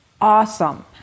Awesome